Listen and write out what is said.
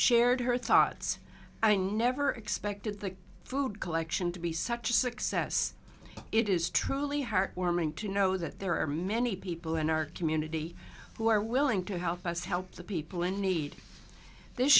shared her thoughts i never expected the food collection to be such a success it is truly heartwarming to know that there are many people in our community who are willing to help us help the people in need this